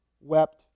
wept